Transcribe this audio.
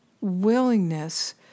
willingness